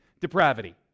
depravity